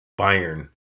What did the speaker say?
Bayern